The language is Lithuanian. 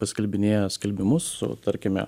paskelbinėja skelbimus su tarkime